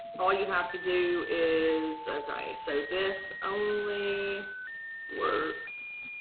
all you have to do is, okay, so this only works